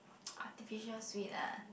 artificial sweet ah